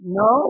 no